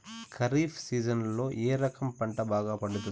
ఖరీఫ్ సీజన్లలో ఏ రకం పంట బాగా పండుతుంది